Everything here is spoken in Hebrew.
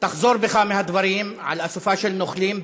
תחזור בך מהדברים על אסופה של נוכלים.